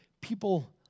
people